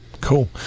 cool